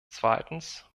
zweitens